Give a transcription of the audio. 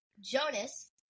Jonas